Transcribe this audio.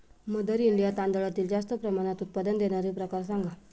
mother India तांदळातील जास्त प्रमाणात उत्पादन देणारे प्रकार सांगा